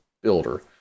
builder